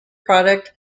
product